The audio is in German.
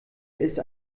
ist